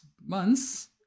months